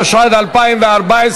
התשע"ד 2014,